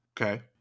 okay